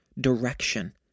direction